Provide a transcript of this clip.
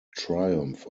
triumph